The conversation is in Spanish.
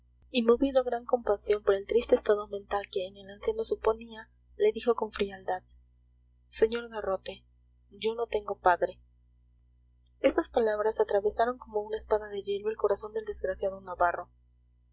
y movido a gran compasión por el triste estado mental que en el anciano suponía le dijo con frialdad sr garrote yo no tengo padre estas palabras atravesaron como una espada de hielo el corazón del desgraciado navarro